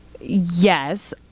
Yes